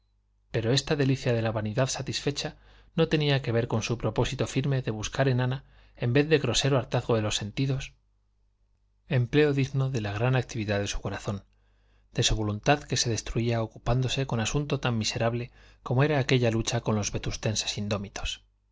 pero esta delicia de la vanidad satisfecha no tenía que ver con su propósito firme de buscar en ana en vez de grosero hartazgo de los sentidos empleo digno de la gran actividad de su corazón de su voluntad que se destruía ocupándose con asunto tan miserable como era aquella lucha con los vetustenses indómitos